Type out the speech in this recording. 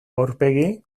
aurpegi